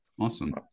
Awesome